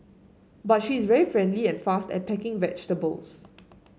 but she is very friendly and fast at packing vegetables